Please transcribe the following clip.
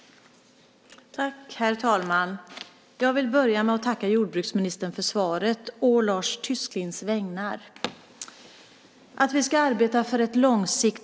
Då Lars Tysklind, som framställt interpellationen, anmält att han var förhindrad att närvara vid sammanträdet medgav förste vice talmannen att Anita Brodén i stället fick delta i överläggningen.